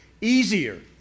easier